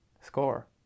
score